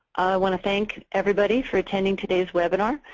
want to thank everybody for attending today's webinar.